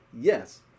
yes